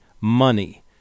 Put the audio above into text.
money